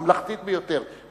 ממלכתית ביותר.